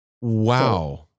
Wow